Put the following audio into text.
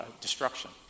Destruction